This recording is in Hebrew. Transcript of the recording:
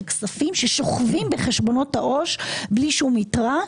כספים ששוכבים בחשבונות העו"ש בלי שום יתרה.